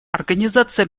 организация